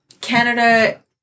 Canada